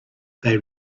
they